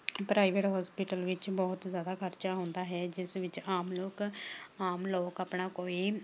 private hospital ਵਿੱਚ ਬਹੁਤ ਜ਼ਿਆਦਾ ਖਰਚਾ ਹੁੰਦਾ ਹੈ ਜਿਸ ਵਿੱਚ ਆਮ ਲੋਕ ਆਮ ਲੋਕ ਆਪਣਾ ਕੋਈ